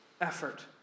effort